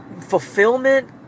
fulfillment